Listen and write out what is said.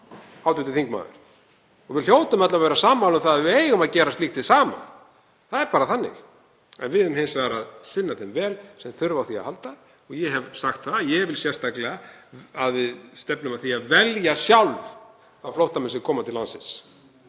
hv. þingmaður. Við hljótum öll að vera sammála um að við eigum að gera slíkt hið sama. Það er bara þannig. En við eigum hins vegar að sinna þeim vel sem þurfa á hjálp að halda og ég hef sagt það að ég vil sérstaklega að við stefnum að því að velja sjálf þá flóttamenn sem koma til landsins.